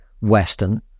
western